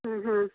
हाँ हाँ